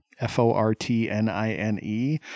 F-O-R-T-N-I-N-E